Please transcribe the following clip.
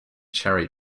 cherry